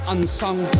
Unsung